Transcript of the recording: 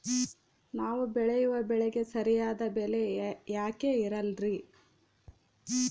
ನಾವು ಬೆಳೆಯುವ ಬೆಳೆಗೆ ಸರಿಯಾದ ಬೆಲೆ ಯಾಕೆ ಇರಲ್ಲಾರಿ?